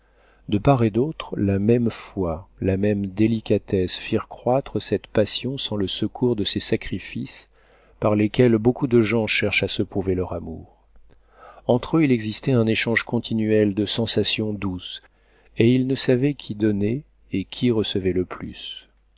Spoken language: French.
de part et d'autre la même foi la même délicatesse firent croître cette passion sans le secours de ces sacrifices par lesquels beaucoup de gens cherchent à se prouver leur amour entre eux il existait un échange continuel de sensations douces et ils ne savaient qui donnait et qui recevait le plus